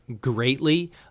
greatly